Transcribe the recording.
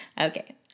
Okay